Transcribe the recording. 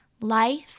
Life